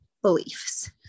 beliefs